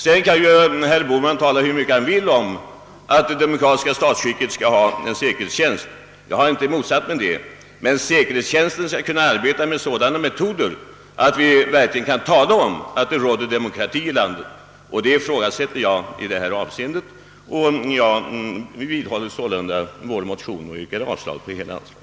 Herr Bohman kan tala hur mycket han vill om att det demokratiska statsskicket måste skyddas av en säkerhetstjänst — jag har inte motsatt mig det — men säkerhetstjänsten bör kunna arbeta med sådana metoder att vi verkligen kan tala om att det råder demokrati i landet, och jag ifrågasätter att vi nu kan göra det. Jag vidhåller yrkandet om bifall till vår motion.